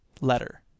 letter